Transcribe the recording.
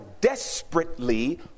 desperately